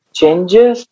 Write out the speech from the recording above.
changes